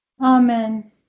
amen